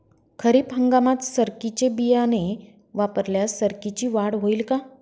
खरीप हंगामात सरकीचे बियाणे वापरल्यास सरकीची वाढ होईल का?